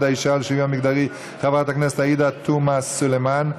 האישה ולשוויון מגדרי חברת הכנסת עאידה תומא סלימאן,